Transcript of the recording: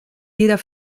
jeder